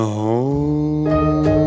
home